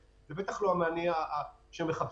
זה בטח לא המענה שהם מחפשים.